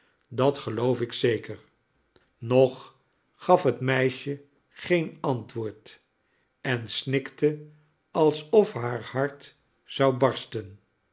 dat geloof ik zeker nog gaf het meisje geen antwoord en snikte alsof haar hart zou barsten